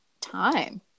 time